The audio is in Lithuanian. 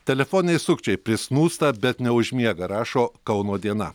telefoniniai sukčiai prisnūsta bet neužmiega rašo kauno diena